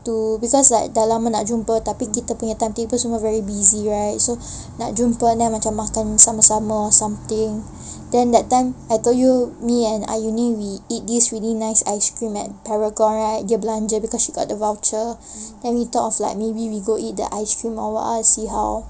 to cause like dah lama nak jumpa tapi kita punya timetable semua very busy right so nak jumpa and then macam makan sama-sama or something then that time I told you me and ayumi we eat this very nice ice cream at paragon right dia belanja because she got the voucher then we thought of like maybe we go eat the ice cream or what ah see how